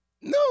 No